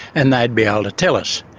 and they'd be able to tell us.